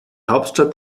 hauptstadt